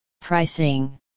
Pricing